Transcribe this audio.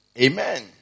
Amen